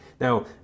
now